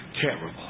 Terrible